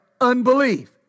unbelief